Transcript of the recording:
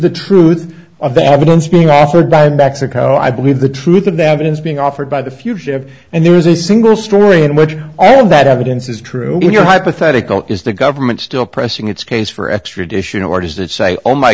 the truth of the evidence being offered by mexico i believe the truth and that evidence being offered by the fugitive and there is a single story in which all of that evidence is true and your hypothetical is the government still pressing its case for extradition or does it say oh my